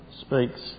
speaks